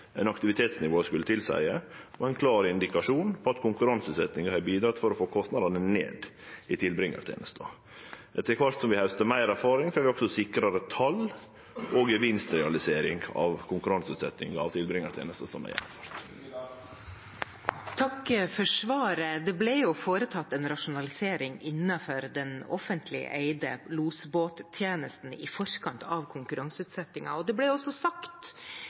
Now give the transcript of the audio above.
å få kostnadene ned i tilbringartenesta. Etter kvart som vi haustar meir erfaring, får vi også sikrare tal og gevinstrealisering av konkurranseutsetjinga av tilbringartenesta som er gjennomført. Takk for svaret. Det ble foretatt en rasjonalisering innenfor den offentlig eide losbåttjenesten i forkant av konkurranseutsettingen. Det ble også i utgangspunktet sagt